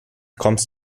kommst